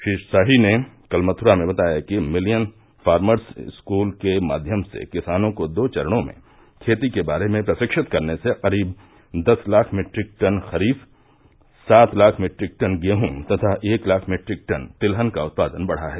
श्री शाही ने कल मथ्रा में बताया कि मिलियन फार्मर्स स्कूल के माध्यम से किसानों को दो चरणों में खेती के बारे में प्रशिक्षित करने से करीब दस लाख मीट्रिक टन खरीफ सात लाख मीट्रिक टन गेहूँ तथा एक लाख मीट्रिक टन तिलहन का उत्पादन बढ़ा है